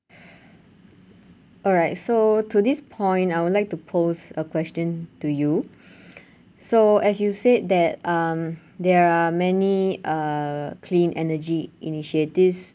alright so to this point I would like to pose a question to you so as you said that um there are many uh clean energy initiatives